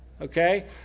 okay